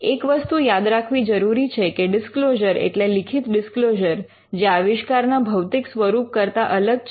એક વસ્તુ યાદ રાખવી જરૂરી છે કે ડિસ્ક્લોઝર એટલે લિખિત ડિસ્ક્લોઝર જે આવિષ્કારના ભૌતિક સ્વરૂપ કરતા અલગ છે